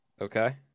Okay